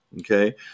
Okay